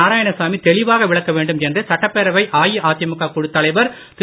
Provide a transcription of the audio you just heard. நாராயணசாமி தெளிவாக விளக்க வேண்டும் என்று சட்டப்பேரவை அதிமுக குழு தலைவர் திரு